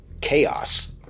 chaos